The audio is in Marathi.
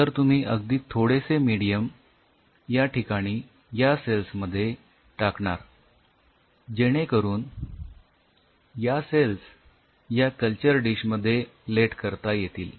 तर तुम्ही अगदी थोडेसे मेडीयम या ठिकाणी या सेल्स मध्ये टाकणार जेणे करून या सेल्स या कल्चर डिश मध्ये प्लेट करता येतील